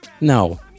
No